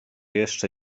jeszcze